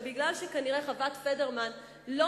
אבל מכיוון שכנראה חוות- פדרמן לא